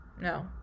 No